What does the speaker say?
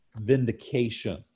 vindication